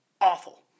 awful